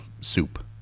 soup